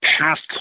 past